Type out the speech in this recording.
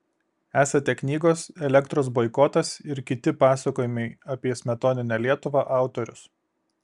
esate knygos elektros boikotas ir kiti pasakojimai apie smetoninę lietuvą autorius